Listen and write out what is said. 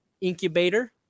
incubator